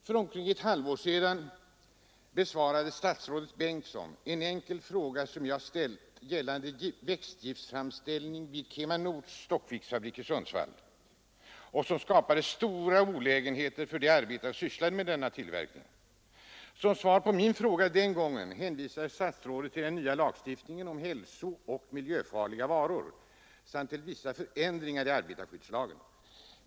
För omkring ett halvår sedan besvarade statsrådet Bengtsson en enkel fråga som jag ställde, gällande växtgiftframställningen vid KemaNords Stockviksfabrik i Sundsvall som skapat stora olägenheter för de arbetare vilka sysslade med denna tillverkning. Som svar på min fråga den gången hänvisade statsrådet till den nya lagstiftningen om hälsooch miljöfarliga varor samt till vissa ändringar i arbetarskyddslagen.